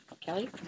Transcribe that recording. Kelly